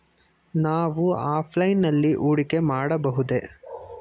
ನಾವು ಆಫ್ಲೈನ್ ನಲ್ಲಿ ಹೂಡಿಕೆ ಮಾಡಬಹುದೇ?